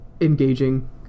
engaging